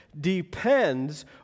depends